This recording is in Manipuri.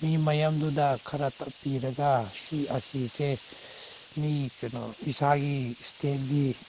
ꯃꯤ ꯃꯌꯥꯝꯗꯨꯗ ꯈꯔ ꯇꯥꯛꯄꯤꯔꯒ ꯁꯤ ꯑꯁꯤꯁꯦ ꯃꯤ ꯀꯩꯅꯣ ꯏꯁꯥꯒꯤ ꯏꯁꯇꯦꯠꯒꯤ